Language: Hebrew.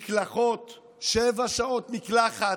מקלחות, שבע שעות מקלחת,